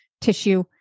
tissue